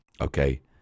okay